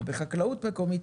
בחקלאות מקומית,